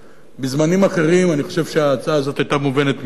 בזמנים אחרים אני חושב שההצעה הזאת היתה מובנת מאליה,